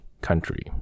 country